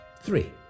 Three